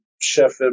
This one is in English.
chef